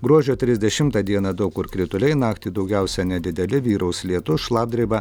gruodžio trisdešimtą dieną daug kur krituliai naktį daugiausia nedideli vyraus lietus šlapdriba